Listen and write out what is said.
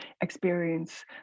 experience